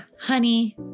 honey